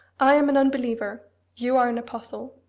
i am an unbeliever you are an apostle!